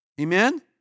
Amen